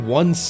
one